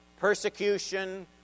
persecution